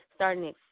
Starting